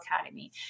Academy